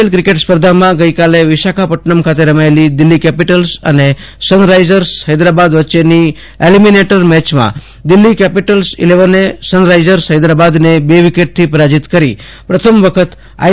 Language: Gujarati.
એલ ક્રિકેટ સ્પર્ધામાં ગઈકાલે વિશાખાપદૃનમ ખાતે દિલ્હી કેપિટલ અને સનરાઈર્ઝસ હૈદરાબાદ વચ્ચેની એલિમિનેટર મેયમાં દિલ્હી કેપિટલ્સ ઈલેવને સનરાઈઝસ ફૈદરાબાદને બે વિકેટથી પરાજીત કરી પ્રથમ વખત આઈ